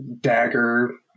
Dagger